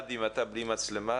בבקשה.